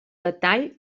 detall